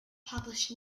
published